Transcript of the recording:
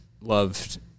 loved